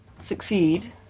succeed